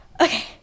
Okay